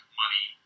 money